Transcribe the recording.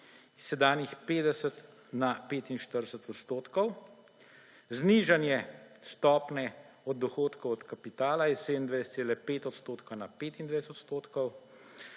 s sedanjih 50 na 45 odstotkov, znižanje stopnje od dohodkov od kapitala s 27,5 odstotka na 25 odstotkov,